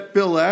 Bill